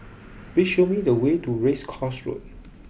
please show me the way to Race Course Road